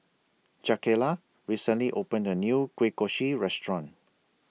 Jakayla recently opened A New Kueh Kosui Restaurant